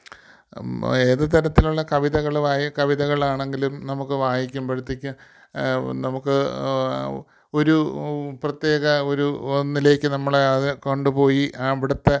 ഏത് തരത്തിലുള്ള കവിതകളുമായി കവിതകളാണെങ്കിലും നമുക്ക് വായിക്കുമ്പോഴത്തേക്ക് നമുക്ക് ഒരു പ്രത്യേക ഒരു ഒന്നിലേക്ക് നമ്മളെ അത് കൊണ്ടുപോയി അവിടുത്തെ